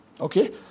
Okay